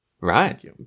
Right